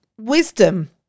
wisdom